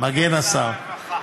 מגן שר הרווחה.